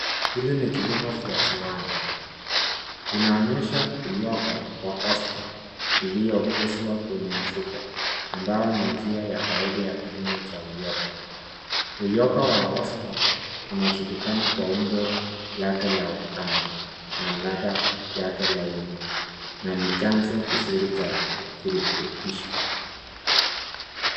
Hili ni kilimo vya viwanda. Inaonyesha uyoga wa oyster iliyokuzwa kwenye mfuko ambao ni njia ya kawaida ya kilimo cha uyoga. Uyoga wa oyster unajulikana kwa umbo lake la ukanda na ladha yake laini na ni chanzo kizuri cha virutubisho.